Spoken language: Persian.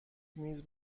میز